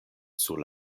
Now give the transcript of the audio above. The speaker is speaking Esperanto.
sur